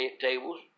tables